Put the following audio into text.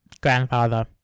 grandfather